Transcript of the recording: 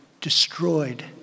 destroyed